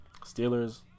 Steelers